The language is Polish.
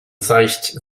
zajść